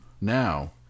Now